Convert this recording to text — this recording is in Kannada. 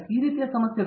ಈ ರೀತಿಯ ಸಮಸ್ಯೆಗಳು